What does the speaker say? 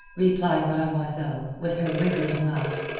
replied mademoiselle, with her wriggling laugh.